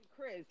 Chris